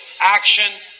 action